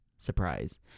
surprise